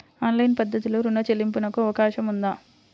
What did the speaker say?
Online పద్ధతిలో రుణ చెల్లింపునకు అవకాశం ఉందా?